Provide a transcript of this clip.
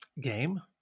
game